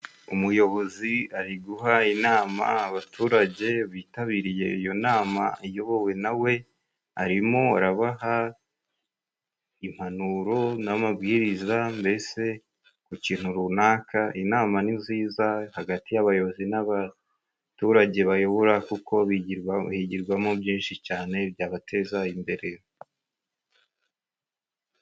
Umuyobozi ari guha inama abaturage bitabiriye iyo nama iyobowe na we, arimo arabaha impanuro n'amabwiriza mbese ku kintu runaka, inama ni nziza hagati y'abayobozi n'abaturage bayobora, kuko higirwamo byinshi cane byabateza imbere.